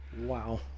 Wow